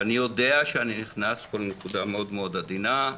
אני יודע שאני נכנס פה לנקודה מאוד עדינה,